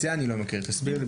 את זה אני לא מכיר, תסביר לי